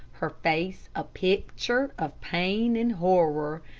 her face a picture of pain and horror.